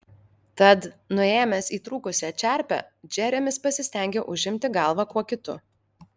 tad nuėmęs įtrūkusią čerpę džeremis pasistengė užimti galvą kuo kitu